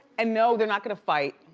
and no, they're not gonna fight.